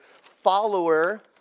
follower